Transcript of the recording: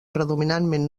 predominantment